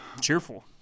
Cheerful